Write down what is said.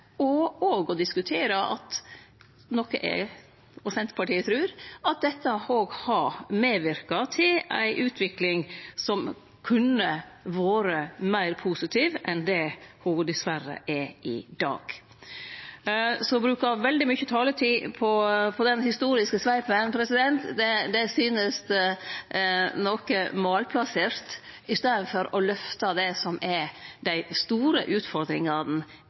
Senterpartiet trur at dette òg har medverka til ei utvikling som kunne vore meir positiv enn det ho dessverre er i dag. Å bruke veldig mykje taletid på den historiske sveipen synest noko malplassert i staden for å løfte det som er dei store utfordringane,